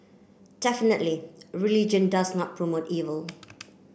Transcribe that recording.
definitely religion does not promote evil